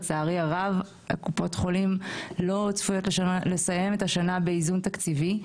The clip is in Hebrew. לצערי הרב קופות החולים לא צפויות לסיים את השנה באיזון תקציבי,